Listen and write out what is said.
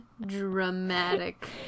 dramatic